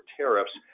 tariffs